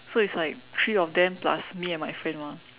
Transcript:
so it's like three of them plus me and my friend mah